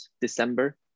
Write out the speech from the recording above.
December